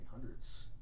1800s